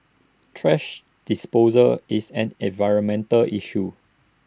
thrash disposal is an environmental issue